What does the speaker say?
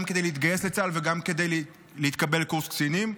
גם כדי להתגייס לצה"ל וגם כדי להתקבל לקורס קצינים.